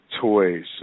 toys